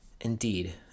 Indeed